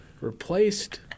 Replaced